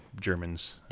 Germans